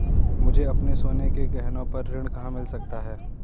मुझे अपने सोने के गहनों पर ऋण कहाँ मिल सकता है?